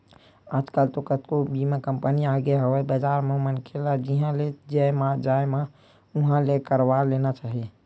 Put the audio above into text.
आजकल तो कतको बीमा कंपनी आगे हवय बजार म मनखे ल जिहाँ ले जम जाय उहाँ ले करवा लेना चाही